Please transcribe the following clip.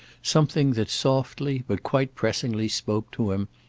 something that softly but quite pressingly spoke to him,